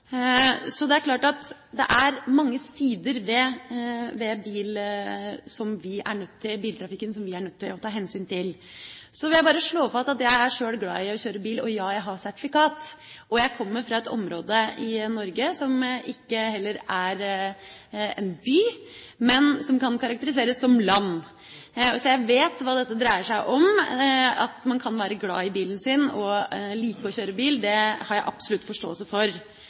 Så det er klart at det er mange sider ved biltrafikken som vi er nødt til å ta hensyn til. Så vil jeg bare slå fast at jeg er sjøl glad i å kjøre bil, og ja, jeg har sertifikat. Jeg kommer fra et område i Norge som ikke heller er en by, men som kan karakteriseres som land, så jeg vet hva dette dreier seg om. At man kan være glad i bilen sin og like å kjøre bil, har jeg absolutt forståelse for.